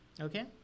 Okay